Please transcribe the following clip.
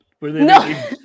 No